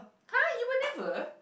[huh] you were never